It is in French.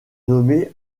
nommée